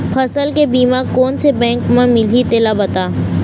फसल के बीमा कोन से बैंक म मिलही तेला बता?